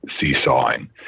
seesawing